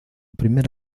primer